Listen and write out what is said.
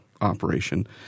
operation